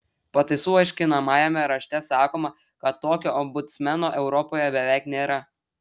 pataisų aiškinamajame rašte sakoma kad tokio ombudsmeno europoje beveik nėra